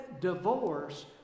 divorce